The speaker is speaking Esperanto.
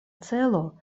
celo